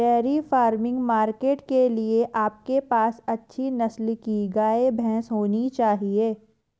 dairy farming market के लिए आपके पास अच्छी नस्ल के गाय, भैंस होने चाहिए